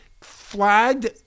flagged